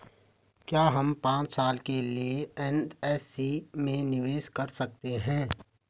क्या हम पांच साल के लिए एन.एस.सी में निवेश कर सकते हैं?